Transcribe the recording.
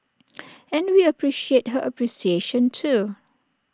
and we appreciate her appreciation too